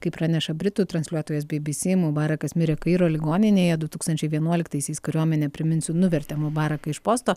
kaip praneša britų transliuotojas bbc mubarakas mirė kairo ligoninėje du tūkstančiai vienuoliktaisiais kariuomenė priminsiu nuvertė mubaraką iš posto